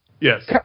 Yes